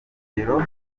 bihugu